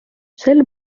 sel